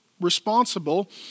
responsible